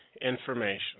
information